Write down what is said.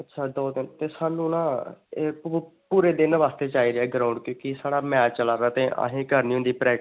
ते सानू ना पूरे दिन बास्तै चाहिदी एह् ग्राऊंड की के साढ़ा मैच चला दा ते असें करनी होंदी प्रैक्टिस